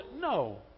no